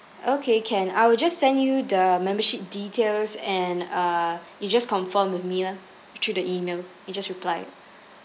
okay can I will just send you the membership details and uh you just confirm with me lah through the email you just reply it